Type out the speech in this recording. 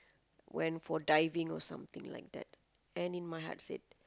went for diving or something like that